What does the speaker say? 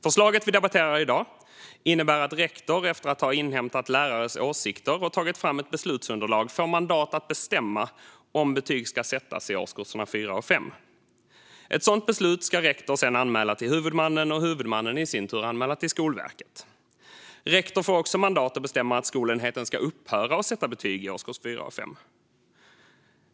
Förslaget vi debatterar i dag innebär att rektor efter att ha inhämtat lärarnas åsikter och tagit fram ett beslutsunderlag får mandat att bestämma om betyg ska sättas i årskurs 4 och 5. Ett sådant beslut ska rektor sedan anmäla till huvudmannen och huvudmannen i sin tur anmäla till Skolverket. Rektor får också mandat att bestämma att skolenheten ska upphöra att sätta betyg i årskurs 4 och 5.